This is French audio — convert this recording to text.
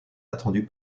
attendu